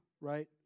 right